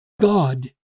God